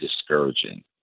discouraging